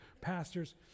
pastors